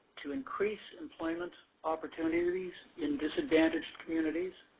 to increase employment opportunities in disadvantaged communities,